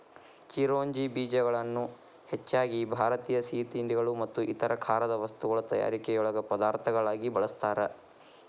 ಚಿರೋಂಜಿ ಬೇಜಗಳನ್ನ ಹೆಚ್ಚಾಗಿ ಭಾರತೇಯ ಸಿಹಿತಿಂಡಿಗಳು ಮತ್ತು ಇತರ ಖಾರದ ವಸ್ತುಗಳ ತಯಾರಿಕೆಯೊಳಗ ಪದಾರ್ಥಗಳಾಗಿ ಬಳಸ್ತಾರ